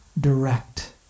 direct